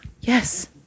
yes